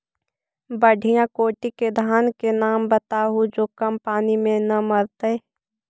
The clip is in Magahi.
बढ़िया कोटि के धान के नाम बताहु जो कम पानी में न मरतइ?